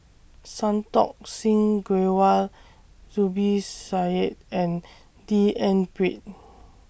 Santokh Singh Grewal Zubir Said and D N Pritt